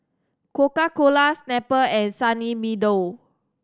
Coca Cola Snapple and Sunny Meadow